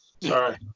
Sorry